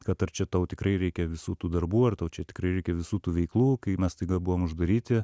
kad ar čia tau tikrai reikia visų tų darbų ar tau čia tikrai reikia visų tų veiklų kai mes staiga buvom uždaryti